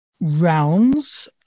rounds